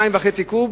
2.5 קוב,